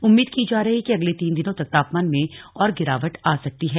उम्मीद की जा रही है कि अगले तीन दिनों तक तापमान में और गिरावट आ सकती है